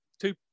two